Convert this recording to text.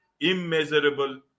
immeasurable